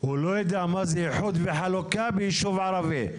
הוא לא יודע מה זה איחוד וחלוקה בישוב ערבי.